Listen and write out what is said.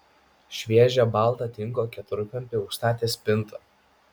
šviežią baltą tinko keturkampį užstatė spinta